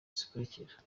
zikurikira